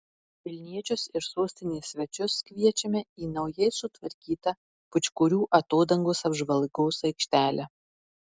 vilniečius ir sostinės svečius kviečiame į naujai sutvarkytą pūčkorių atodangos apžvalgos aikštelę